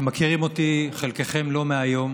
אתם מכירים אותי, חלקכם, לא מהיום,